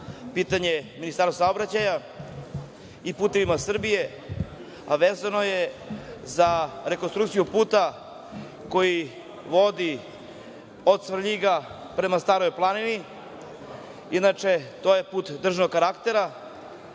pitanje Ministarstvu saobraćaja i „Putevima Srbije“, a vezano je za rekonstrukciju puta koji vodi od Svrljiga prema Staroj planini. Inače, to je put državnog karaktera